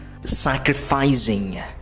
sacrificing